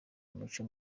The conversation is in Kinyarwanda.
mico